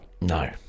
No